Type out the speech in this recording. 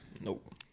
Nope